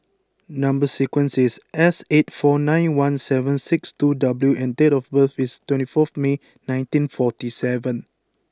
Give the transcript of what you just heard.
number sequence is S eight four nine one seven six two W and date of birth is twenty four May nineteen forty seven